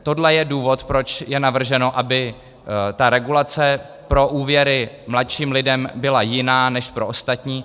Tohle je důvod, proč je navrženo, aby regulace pro úvěry mladším lidem byla jiná než pro ostatní.